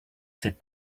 sit